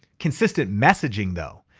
consistent messaging though,